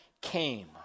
came